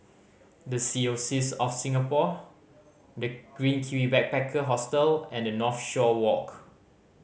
The Diocese of Singapore The Green Kiwi Backpacker Hostel and Northshore Walk